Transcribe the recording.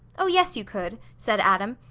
oh, yes, you could, said adam,